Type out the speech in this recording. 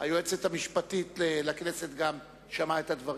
שהיועצת המשפטית לכנסת גם שמעה את הדברים,